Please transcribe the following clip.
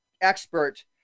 expert